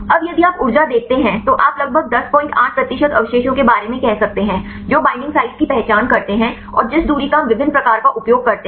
अब यदि आप ऊर्जा देखते हैं तो आप लगभग 108 प्रतिशत अवशेषों के बारे में कह सकते हैं जो बईंडिंग साइटों की पहचान करते हैं और जिस दूरी का हम विभिन्न प्रकार का उपयोग करते हैं